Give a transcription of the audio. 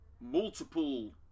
multiple